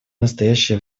настоящее